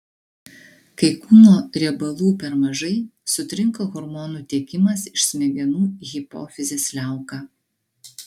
kai kūno riebalų per mažai sutrinka hormonų tiekimas iš smegenų į hipofizės liauką